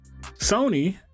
Sony